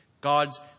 God's